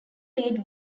lead